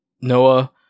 Noah